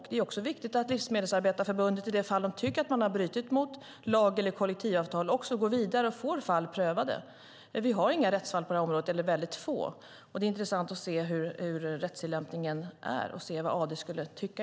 Det är också viktigt att Livsmedelsarbetareförbundet, i de fall där de tycker att man har brutit mot lag eller kollektivavtal, går vidare och får fall prövade. Vi har inga, eller få, rättsfall på det här området. Det vore intressant att se hur rättstillämpningen är och vad AD skulle tycka.